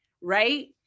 right